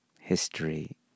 History